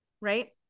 Right